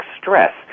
stress